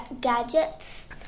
gadgets